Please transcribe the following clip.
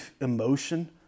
emotion